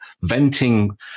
venting